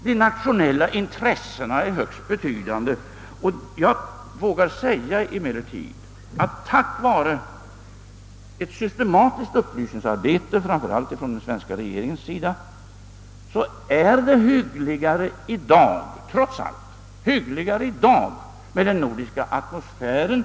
De nationella intressena är högst betydande, men jag vågar säga att det trots allt tack vare ett systematiskt upplysningsarbete — framför allt från den svenska regeringens sida — i dag är hyggligare med den nordiska atmosfären.